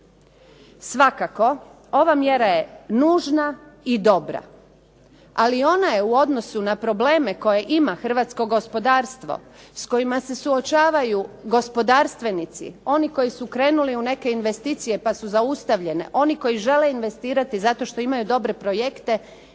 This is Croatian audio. Svakako ova mjera je nužna i dobra ali ona je u odnosu na probleme koje ima hrvatsko gospodarstvo, s kojima se suočavaju gospodarstvenici, oni koji su krenuli u neke investicije pa su zaustavljene, oni koji žele investirati zato što imaju dobre projekte